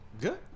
Good